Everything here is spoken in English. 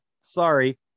sorry